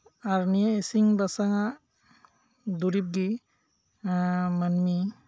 ᱟᱨ ᱱᱤᱭᱟᱹ ᱤᱥᱤᱱ ᱵᱟᱥᱟᱝ ᱟᱜ ᱫᱩᱨᱤᱵ ᱜᱮ ᱢᱟᱹᱱᱢᱤ